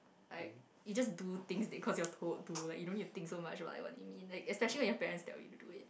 like you just do things because you thought to like you know you think so much like it mean especially when your parent tell you to do it